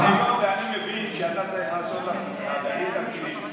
אני מבין שאתה צריך לעשות את תפקידך ואני את תפקידי.